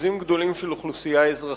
לריכוזים גדולים של אוכלוסייה אזרחית.